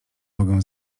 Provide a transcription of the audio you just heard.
mogę